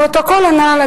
הפרוטוקול הנ"ל,